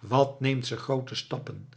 wat neemt ze groote stappen